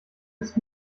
isst